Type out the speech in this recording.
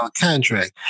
contract